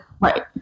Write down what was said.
Right